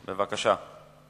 בבקשה.